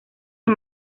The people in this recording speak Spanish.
del